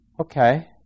Okay